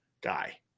guy